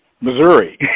missouri